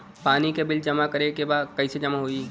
पानी के बिल जमा करे के बा कैसे जमा होई?